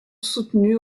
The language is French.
soutenues